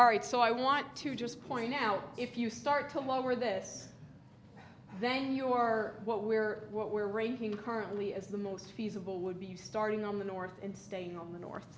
all right so i want to just point now if you start to lower this then you are what we're what we're rain currently is the most feasible would be you starting on the north and staying on the north